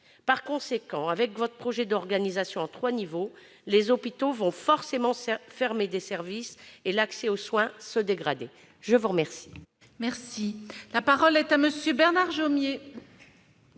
Par conséquent, avec votre projet d'organisation en trois niveaux, les hôpitaux vont forcément fermer des services et l'accès aux soins se dégradera. Très bien ! La parole est à M. Bernard Jomier,